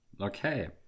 Okay